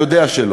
אתה יודע שלא.